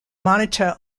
monitor